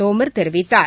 தோமர் தெரிவித்தார்